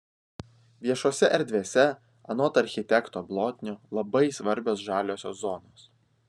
viešose erdvėse anot architekto blotnio labai svarbios žaliosios zonos